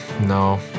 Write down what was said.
No